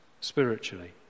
spiritually